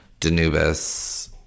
Danubis